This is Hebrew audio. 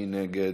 מי נגד?